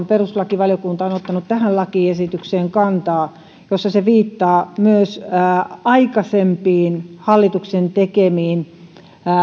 perustuslakivaliokunta on ottanut muun muassa tähän lakiesitykseen kantaa lausunnossaan jossa se viittaa myös aikaisempiin hallituksen tekemiin